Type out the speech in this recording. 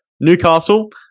Newcastle